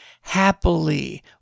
happily